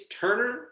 Turner